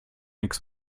nichts